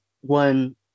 one